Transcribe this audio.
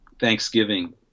Thanksgiving